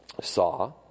saw